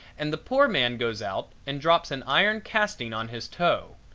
and the poor man goes out and drops an iron casting on his toe.